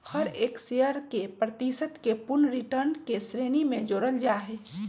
हर एक शेयर के प्रतिशत के पूर्ण रिटर्न के श्रेणी में जोडल जाहई